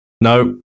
No